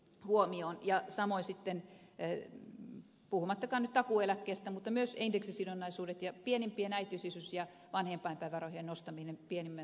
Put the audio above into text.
huomion ja hallitusten työn huomioon puhumattakaan nyt takuueläkkeestä mutta myös indeksisidonnaisuudet ja pienimpien äitiys isyys ja vanhempainpäivärahojen nostamisen pienimmän työttömyysturvan tasolle